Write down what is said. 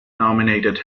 nominated